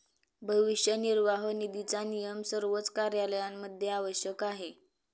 भविष्य निर्वाह निधीचा नियम सर्वच कार्यालयांमध्ये आवश्यक आहे